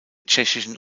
tschechischen